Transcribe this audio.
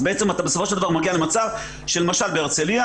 בסופו של דבר אתה מגיע למצב שלמשל בהרצליה